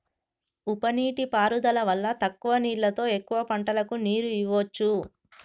ఉప నీటి పారుదల వల్ల తక్కువ నీళ్లతో ఎక్కువ పంటలకు నీరు ఇవ్వొచ్చు